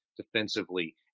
defensively